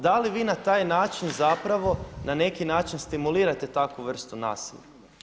Da li vi na taj način zapravo na neki način stimulirate takvu vrstu nasilja?